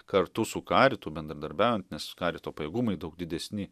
kartu su karitu bendradarbiaujant nes karito pajėgumai daug didesni